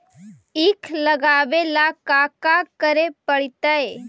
ईख लगावे ला का का करे पड़तैई?